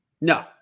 No